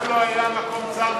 מעולם לא היה מקום צר,